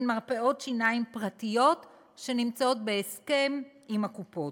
הן מרפאות שיניים פרטיות שיש להן הסכם עם הקופות.